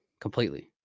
completely